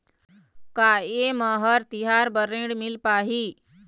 का ये म हर तिहार बर ऋण मिल पाही?